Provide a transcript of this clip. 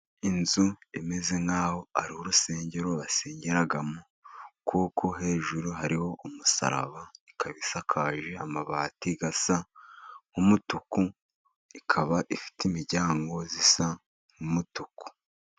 Inzu imeze nk'aho ari urusengero basengeramo. Kuko hejuru hariho umusaraba, ikaba isakaje amabati asa nk'umutuku, ikaba ifite imiryango isa n'umutuku.